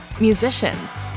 Musicians